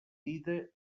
dida